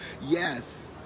Yes